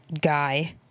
guy